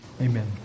Amen